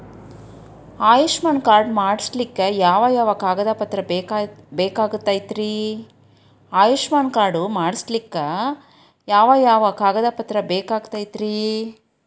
Ayushman card ಮಾಡ್ಸ್ಲಿಕ್ಕೆ ಯಾವ ಯಾವ ಕಾಗದ ಪತ್ರ ಬೇಕಾಗತೈತ್ರಿ?